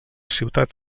ciutat